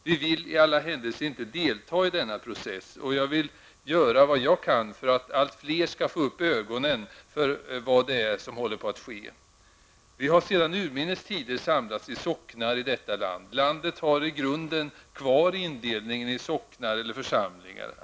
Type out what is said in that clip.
Vi vill i alla händelser inte delta i denna process, och jag vill göra vad jag kan för att allt fler skall få upp ögonen för vad det är som håller på att ske. Vi har sedan urminnes tider samlats i socknar i detta land. Landet har i grunden kvar indelningen i socknar eller församlingar.